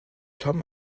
tom